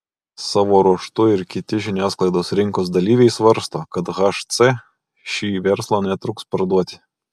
savo ruožtu ir kiti žiniasklaidos rinkos dalyviai svarsto kad hc šį verslą netruks parduoti